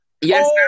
yes